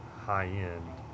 high-end